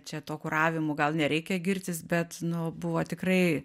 čia tuo kuravimu gal nereikia girtis bet nu buvo tikrai